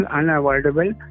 unavoidable